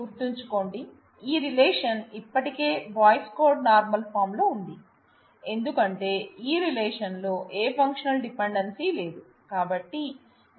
గుర్తుంచుకోండి ఈ రిలేషన్ ఇప్పటికీ బోయ్స్ కాడ్ నార్మల్ ఫార్మ్ లో ఉంది ఎందుకంటే ఈ రిలేషన్ లో ఏ ఫంక్షనల్ డిపెండెన్సీ లేదు